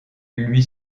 lui